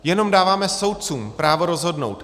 Jenom dáváme soudcům právo rozhodnout.